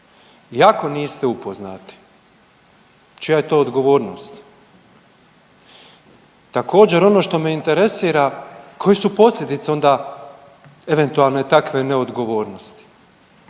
ako niste upoznati čija je to odgovornost. Također ono što me interesira, koje su posljedice onda eventualne takve neodgovornosti.